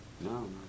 No